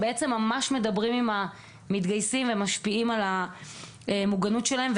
שממש מדברים עם המתגייסים ומשפיעים על המוגנות שלהם.